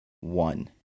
one